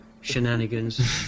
shenanigans